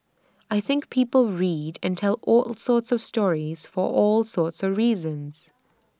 I think people read and tell all sorts of stories for all sorts reasons